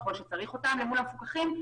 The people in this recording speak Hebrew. ככל שצריך אותם אל מול המפוקחים.